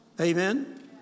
Amen